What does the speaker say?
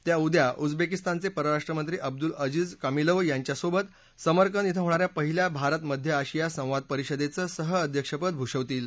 त्या उद्या उजबेकिस्तानघे परराष्ट्रमंत्री अब्दुलअजीज कामिलोव यांच्या सोबत समरकंद इथं होणाऱ्या पहिल्या भारत मध्य आशिया संवाद परिषेदचं सहअध्यक्षपद भूषवतील